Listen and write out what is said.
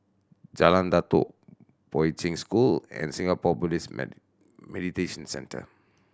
Jalan Datoh Poi Ching School and Singapore Buddhist Meditation Centre